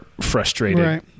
frustrated